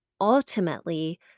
ultimately